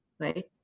right